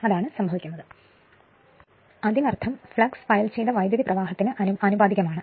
അതിനാൽ അതിനർത്ഥം ഫ്ലക്സ് ഫയൽ ചെയ്ത വൈദ്യുതി പ്രവാഹത്തിന് ആനുപാതികമാണ്